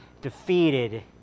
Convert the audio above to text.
defeated